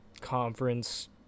conference